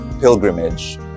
pilgrimage